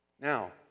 Now